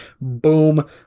Boom